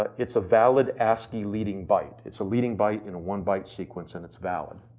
ah it's a valid ascii leading byte. it's a leading byte in a one byte sequence, and it's valid.